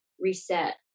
reset